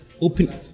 Open